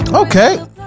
okay